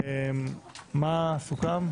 מה סוכם?